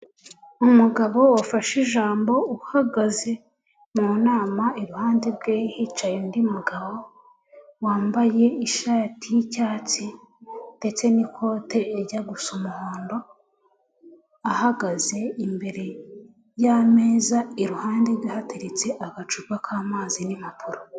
Umugabo wafashe ijambo uhagaze mu nama, iruhande rwe hicaye undi mugabo wambaye ishati y'icyatsi ndetse n'ikote rijya gusa umuhondo, ahagaze imbere y'ameza, iruhande rwe hateretse agacupa k'amazi n'impapuro.